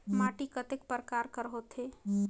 माटी कतेक परकार कर होथे?